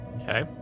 Okay